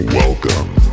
welcome